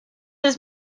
his